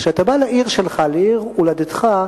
כשאתה בא לעיר שלך, לעיר הולדתך,